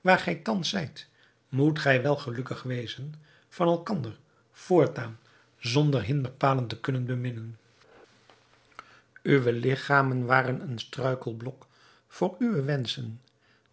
waar gij thans zijt moet gij wel gelukkig wezen van elkander voortaan zonder hinderpalen te kunnen beminnen uwe ligchamen waren een struikelblok voor uwe wenschen